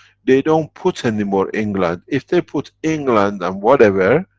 they don't put anymore england if they put england and whatever,